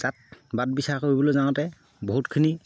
জাত বাচ বিচাৰ কৰিবলৈ যাওঁতে বহুতখিনি